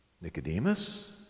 Nicodemus